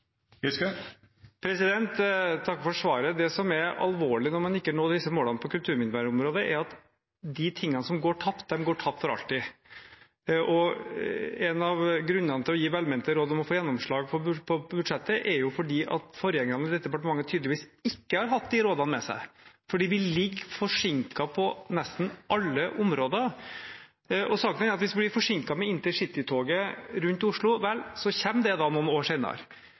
takker for svaret. Det som er alvorlig når man ikke når disse målene på kulturminnevernområdet, er at de tingene som går tapt, går tapt for alltid. En av grunnene til å gi velmente råd om å få gjennomslag på budsjettet, er at forgjengerne i dette departementet tydeligvis ikke har hatt de rådene med seg, for vi er forsinket på nesten alle områder. Saken er at hvis vi blir forsinket med intercitytoget rundt Oslo, vel, så kommer det noen år senere.